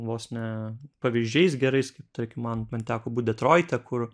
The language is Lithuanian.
vos ne pavyzdžiais gerais kaip tarkim man man teko būt detroite kur